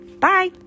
Bye